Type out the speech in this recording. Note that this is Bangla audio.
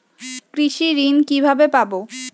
কৃষি ঋন কিভাবে পাব?